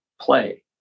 play